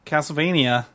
Castlevania